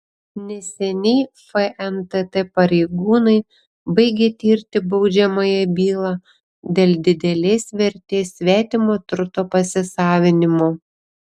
neseniai fntt pareigūnai baigė tirti baudžiamąją bylą dėl didelės vertės svetimo turto pasisavinimo